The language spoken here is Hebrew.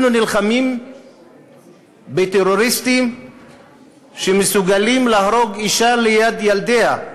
אנחנו נלחמים בטרוריסטים שמסוגלים להרוג אישה ליד ילדיה.